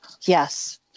yes